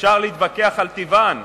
אפשר להתווכח על טיבן,